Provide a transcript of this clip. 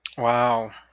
Wow